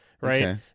right